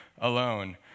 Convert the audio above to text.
alone